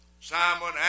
Simon